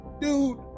Dude